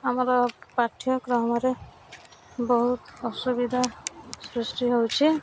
ଆମର ପାଠ୍ୟକ୍ରମରେ ବହୁତ ଅସୁବିଧା ସୃଷ୍ଟି ହେଉଛି